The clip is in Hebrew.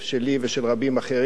שלי ושל רבים אחרים,